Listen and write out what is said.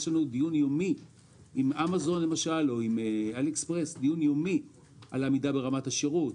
יש לנו דיון יומי עם אמזון ועם עלי אקספרס על עמידה ברמת השירות,